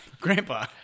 Grandpa